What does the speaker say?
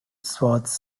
swords